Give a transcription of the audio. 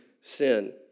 sin